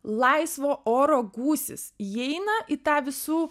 laisvo oro gūsis įeina į tą visų